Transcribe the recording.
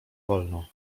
wolno